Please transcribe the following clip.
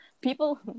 People